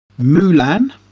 Mulan